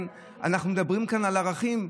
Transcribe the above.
אנחנו מדברים כאן על ערכים,